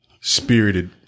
spirited